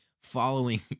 following